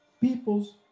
people's